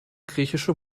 griechische